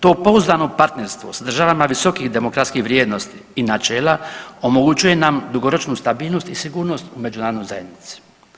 To pouzdano partnerstvo s državama visokih demokratskih vrijednosti i načela omoguće nam dugoročnu stabilnost i sigurnost u međunarodnoj zajednici.